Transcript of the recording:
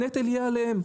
הנטל יהיה עליהן.